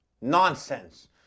Nonsense